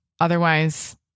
otherwise